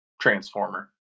Transformer